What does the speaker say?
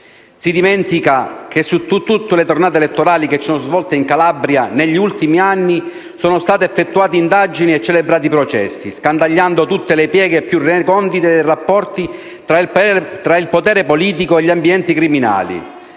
Si dimentica che su tutte le tornate elettorali che si sono svolte in Calabria negli ultimi anni sono state effettuate indagini e celebrati processi, scandagliando tutte le pieghe più recondite dei rapporti tra il potere politico e gli ambienti criminali,